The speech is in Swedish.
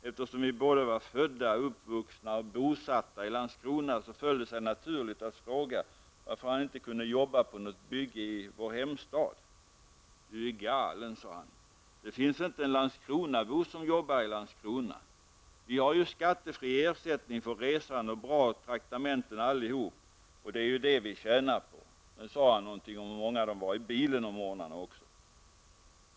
Eftersom vi båda var födda, uppvuxna och bosatta i Landskrona, föll det sig naturligt för mig att fråga varför han inte kunde jobba på något bygge i vår hemstad. ''Du är galen'', sade han. ''Det finns inte en landskronabo som jobbar i Landskrona. Vi har ju skattefri ersättning för resan och bra traktamenten allihop, och det är ju det vi tjänar på.'' Sedan sade han också någonting om hur många det var i bilen om morgnarna.